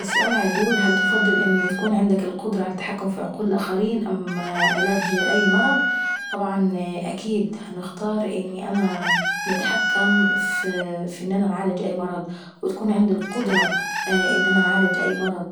السؤال بيقول هل تفضل ان يكون عندك القدرة على التحكم في عقول الآخرين أم علاج أي مرض. طبعا أكيد هنختار ان انا نتحكمفي ان انا نعالج أي مرض، وتكون عندي القدرة ان انا نعالج أي مرض.